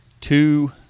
two